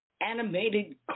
animated